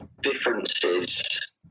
differences